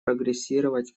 прогрессировать